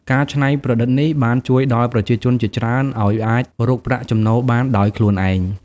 ការច្នៃប្រឌិតនេះ បានជួយដល់ប្រជាជនជាច្រើនឱ្យអាចរកប្រាក់ចំណូលបានដោយខ្លួនឯង។